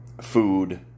food